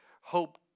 hope